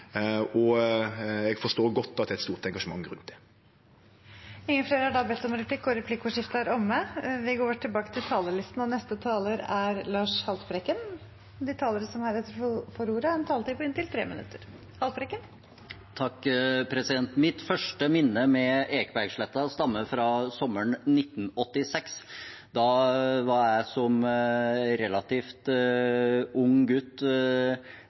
og indre øst, og eg forstår godt at det er eit stort engasjement rundt det. Replikkordskiftet er omme. De talerne som heretter får ordet, har også en taletid på inntil 3 minutter. Mitt første minne med Ekebergsletta stammer fra sommeren 1986. Da var jeg som relativt ung gutt